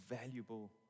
valuable